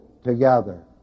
together